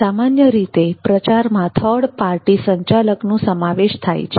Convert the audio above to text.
સામાન્ય રીતે પ્રચારમાં થર્ડ પાર્ટી સંચાલકનો સમાવેશ થાય છે